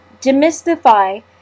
demystify